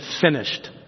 Finished